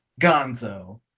Gonzo